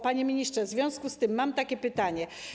Panie ministrze, w związku z tym mam pytanie.